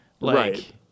Right